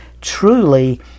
truly